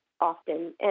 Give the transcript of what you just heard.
often